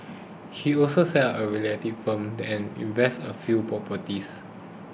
he also set up a realty firm and invested in a few properties